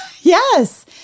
Yes